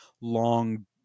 long